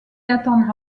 attendra